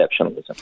exceptionalism